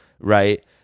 right